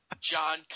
John